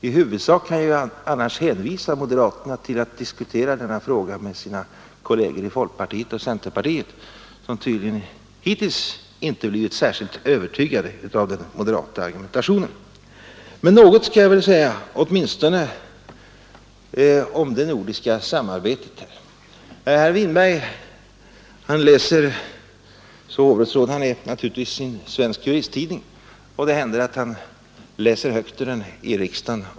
I huvudsak kan jag hänvisa moderaterna till att diskutera denna fråga med sina kolleger i folkpartiet och centerpartiet, som tydligen hittills inte blivit särskilt övertygade av den moderata argumentationen. Men något skall jag väl säga åtminstone om det nordiska samarbetet. Herr Winberg läser, så hovrättsråd han är, naturligtvis Svensk Juristtidning, och det händer att han läser högt ur den i riksdagen.